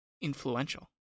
influential